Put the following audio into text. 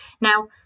Now